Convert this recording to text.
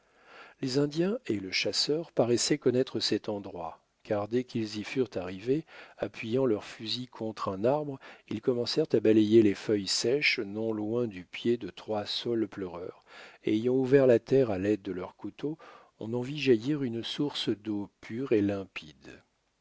les indiens et le chasseur paraissaient connaître cet endroit car dès qu'ils y furent arrivés appuyant leurs fusils contre un arbre ils commencèrent à balayer les feuilles sèches non loin du pied de trois saules pleureurs et ayant ouvert la terre à l'aide de leurs couteaux on en vit jaillir une source d'eau pure et limpide